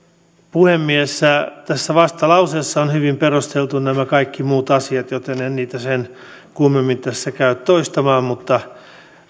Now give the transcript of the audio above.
puhemies tässä vastalauseessa on hyvin perusteltu nämä kaikki muut asiat joten en niitä sen kummemmin tässä käy toistamaan mutta